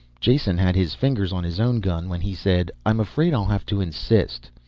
jason had his fingers on his own gun when he said, i'm afraid i'll have to insist.